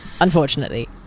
Unfortunately